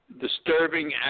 disturbing